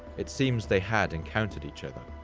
it seems they had encountered each other.